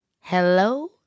Hello